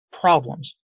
problems